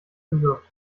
gewirkt